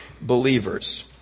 believers